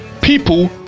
people